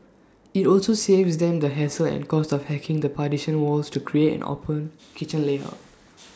IT also saves them the hassle and cost of hacking the partition walls to create an open kitchen layout